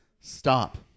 stop